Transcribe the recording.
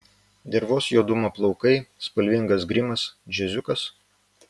dervos juodumo plaukai spalvingas grimas džiaziukas